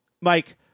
mike